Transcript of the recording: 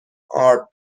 آرد